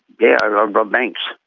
yeah robbed robbed banks.